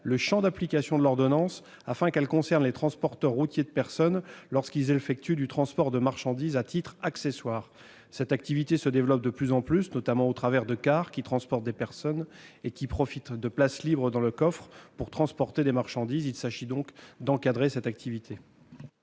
le champ d'application de l'ordonnance, afin qu'elle concerne les transporteurs routiers de personnes lorsqu'ils effectuent du transport de marchandises à titre accessoire. En effet, cette activité se développe de plus en plus. Ainsi, des cars transportant des personnes profitent de la place libre dans leur coffre pour transporter des marchandises. Il s'agit d'encadrer une telle activité.